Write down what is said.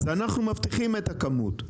אז אנחנו מבטיחים את הכמות,